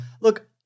Look